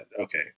okay